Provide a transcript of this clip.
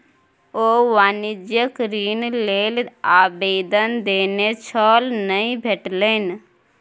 ओ वाणिज्यिक ऋण लेल आवेदन देने छल नहि भेटलनि